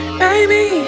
baby